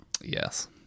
Yes